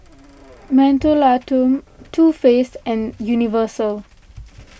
Mentholatum Too Faced and Universal